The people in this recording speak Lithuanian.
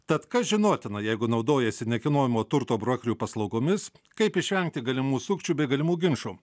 tad kas žinotina jeigu naudojiesi nekilnojamo turto brokerių paslaugomis kaip išvengti galimų sukčių bei galimų ginčų